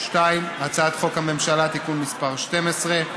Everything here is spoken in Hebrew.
2. הצעת חוק הממשלה (תיקון מס' 12)